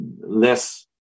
less